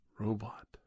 robot